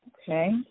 Okay